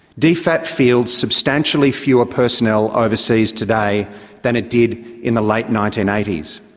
dfat fields substantially fewer personnel overseas today than it did in the late nineteen eighty s.